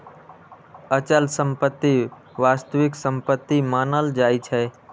अचल संपत्ति वास्तविक संपत्ति मानल जाइ छै